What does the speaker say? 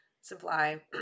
supply